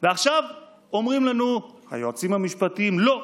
ועכשיו, אומרים לנו היועצים המשפטיים: לא.